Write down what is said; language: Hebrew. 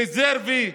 רזרבי,